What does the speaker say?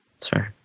sorry